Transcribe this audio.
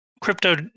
Crypto